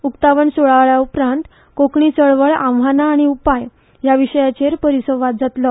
उकतावण सुवाळ्या उपरांत कोंकणी चळवळ आव्हानां आनी उपाय ह्या विशयाचेर परिसंवाद जातलो